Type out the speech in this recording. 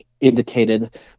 indicated